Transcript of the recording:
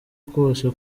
kose